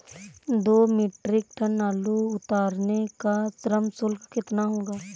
दो metric tonne आलू उतारने का श्रम शुल्क कितना होगा?